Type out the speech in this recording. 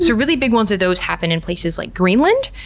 ah really big ones of those happen in places like greenland,